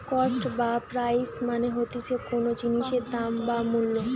cost বা price মানে হতিছে কোনো জিনিসের দাম বা মূল্য